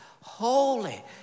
holy